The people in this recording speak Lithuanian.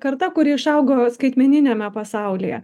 karta kuri išaugo skaitmeniniame pasaulyje